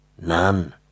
None